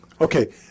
Okay